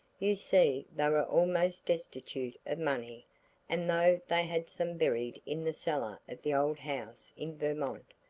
you see they were almost destitute of money and though they had some buried in the cellar of the old house in vermont,